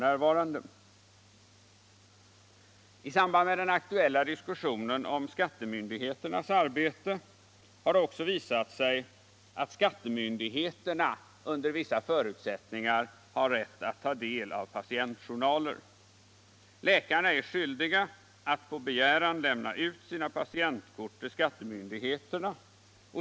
Insyn, integritet och I samband med den aktuella diskussionen om skattemyndigheternas = rättssäkerhet inom arbete har det också framgått att skattemyndigheterna under vissa för = sjukvården utsättningar har rätt att ta del av patientjournaler. Läkarna är skyldiga att på begäran lämna ut sina patientkort till skattemyndigheterna.